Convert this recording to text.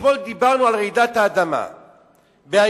אתמול דיברנו על רעידת האדמה בהאיטי.